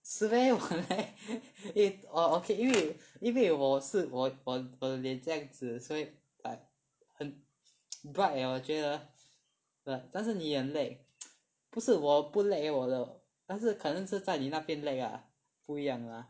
是 meh 我 lag eh orh okay 因为因为我是我我我的脸这样子所以很很很 bright leh 我觉得但是你很 lag 不是我不 lag leh 我的但是可能是在你那边 lag lah 不一样 lah